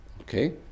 Okay